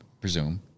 presume